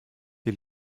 die